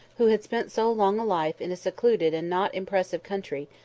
who had spent so long a life in a secluded and not impressive country,